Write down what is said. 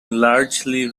largely